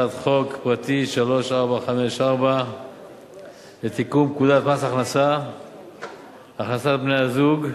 הצעת חוק פרטית 3454 לתיקון פקודת מס הכנסה (הכנסת בני-זוג).